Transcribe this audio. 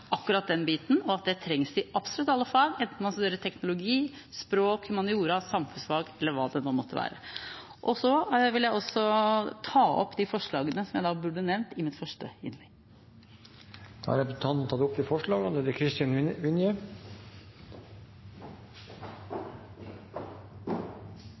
akkurat den biten, at det trengs i absolutt alle fag, enten man studerer teknologi, språk, humaniora, samfunnsfag eller hva det måtte være. Så vil jeg ta opp forslag nr. 1, som jeg burde gjort i det første innlegget mitt. Representanten Marianne Aasen har tatt opp